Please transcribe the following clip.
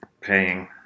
paying